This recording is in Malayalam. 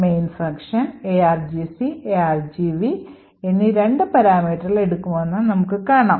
main ഫംഗ്ഷൻ argc argv എന്നീ രണ്ട് പാരാമീറ്ററുകൾ എടുക്കുമെന്ന് നമുക്കറിയാം